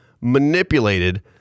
manipulated